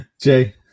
Jay